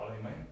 amen